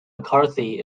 mccarthy